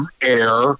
air